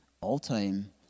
all-time